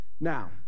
Now